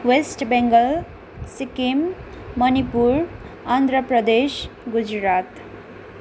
West Bengal Sikkim Manipur Andhra Pradesh Gujarat